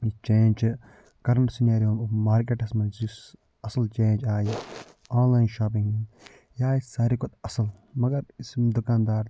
یہِ چینٛج چھِ current scenario markets منٛز یۄس اصٕل چینٛج آیہِ آنلاین شواپِنٛگ یہِ آیہِ ساروٕے کھۄتہٕ اصٕل مَگر یُس یم دُکان دار تہٕ